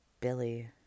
Billy